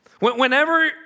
Whenever